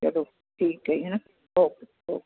ਚਲੋ ਠੀਕ ਹੈ ਜੀ ਹੈ ਨਾ ਓਕੇ ਓਕੇ